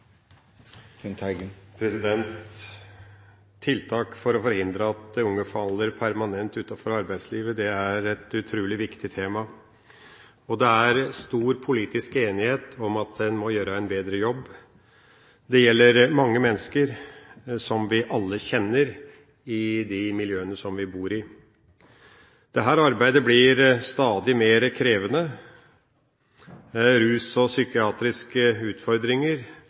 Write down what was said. stor politisk enighet om en må gjøre en bedre jobb. Det gjelder mange mennesker, som vi alle kjenner i de miljøene som vi bor i. Dette arbeidet blir stadig mer krevende. Rus og psykiatriske utfordringer